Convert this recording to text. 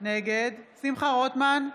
נגד שמחה רוטמן,